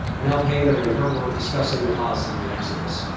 nell painter in her work, discussing the causes of the exodus,